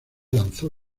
lanzó